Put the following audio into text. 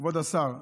כבוד השר,